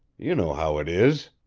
you know how it is?